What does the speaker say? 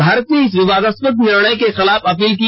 भारत ने इस विवादास्पद निर्णय के खिलाफ अपील की